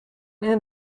این